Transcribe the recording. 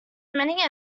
many